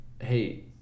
hey